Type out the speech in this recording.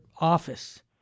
office